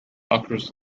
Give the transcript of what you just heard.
occurs